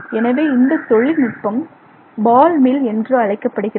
எனவே இந்த தொழில்நுட்பம் பால் மில் என்று அழைக்கப்படுகிறது